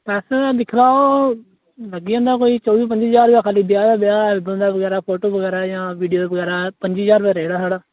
पैसे दिक्खी लैओ लग्गी आंदा कोई चौह्बी पंजी ज्हार रपेआ खाली ब्याह् गै ब्याह् फोटो बगैरा जां वीडियो बगैरा पंजी जहार रपेऽ देई ओड़गे सारा